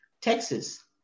Texas